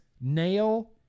Nail